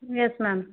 yes ma'am